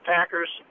Packers